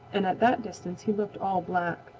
and at that distance he looked all black.